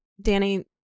Danny